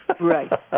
Right